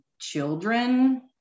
children